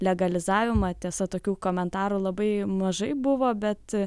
legalizavimą tiesa tokių komentarų labai mažai buvo bet